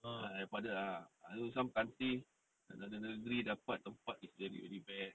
ah berpada ah you know some country another negeri dapat tempat is really really bad